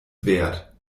wert